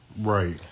Right